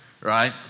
right